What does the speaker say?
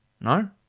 No